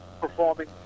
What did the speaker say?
performing